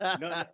No